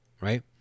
Right